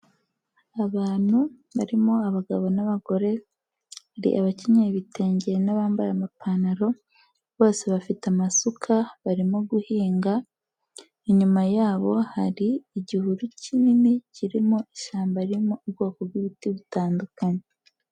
Abantu barimo abagabo n'abagore, hari abakenyeye ibitenge n'abambaye amapantaro, bose bafite amasuka barimo guhinga, inyuma yabo hari igihuru kinini kirimo ishyamba ririmo ubwoko bw'ibiti butandukanye.